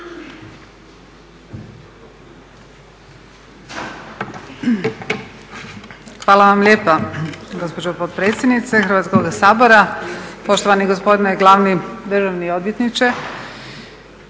Hvala vam lijepa gospođo potpredsjednice Hrvatskoga sabora. Poštovani gospodine glavni državni odvjetniče.